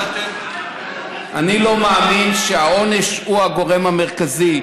אני לא מאמין שהעונש הוא הגורם המרכזי.